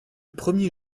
premier